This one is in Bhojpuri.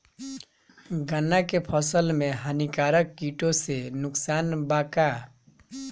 गन्ना के फसल मे हानिकारक किटो से नुकसान बा का?